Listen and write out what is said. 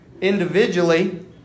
individually